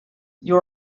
you